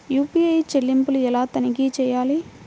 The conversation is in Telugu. యూ.పీ.ఐ చెల్లింపులు ఎలా తనిఖీ చేయాలి?